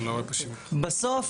בסוף,